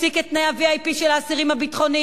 תפסיק את תנאי ה-VIP של האסירים הביטחוניים.